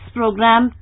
program